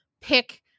pick